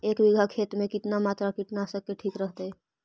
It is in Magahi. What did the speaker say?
एक बीघा खेत में कितना मात्रा कीटनाशक के ठिक रहतय?